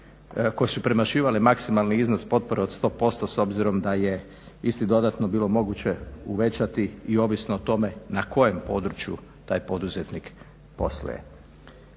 koje su premašivale maksimalni iznos potpora od 100% s obzirom da je isti dodatno bilo moguće uvećati i ovisno o tome na kojem području taj poduzetnik posluje.